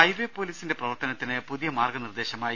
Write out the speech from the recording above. highway പോലീസിന്റെ പ്രവർത്തനത്തിന് പുതിയ മാർഗനിർദേശ മായി